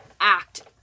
act